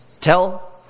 tell